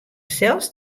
sels